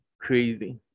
crazy